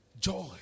Joy